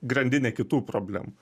grandinę kitų problemų